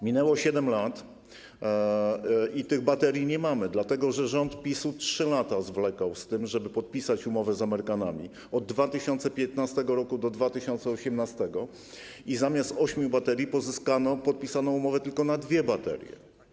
Minęło 7 lat i tych baterii nie mamy, dlatego że rząd PiS-u 3 lata zwlekał z tym, żeby podpisać umowę z Amerykanami, od 2015 r. do 2018 r., i zamiast ośmiu baterii podpisano umowę na tylko dwie baterie.